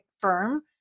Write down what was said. firm